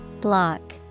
block